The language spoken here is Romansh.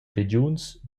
regiuns